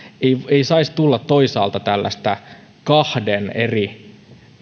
ei saisi tulla toisaalta tällaista kahden eri